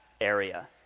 area